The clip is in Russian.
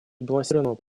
сбалансированного